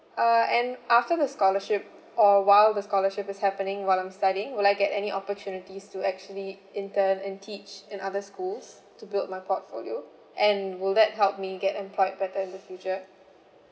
uh and after the scholarship or while the scholarship is happening while I'm studying will I get any opportunities to actually intern and teach in other schools to build my portfolio and will that help me get employed better in the future